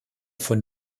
von